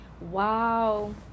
Wow